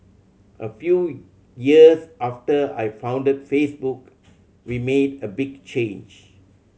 a few years after I founded Facebook we made a big change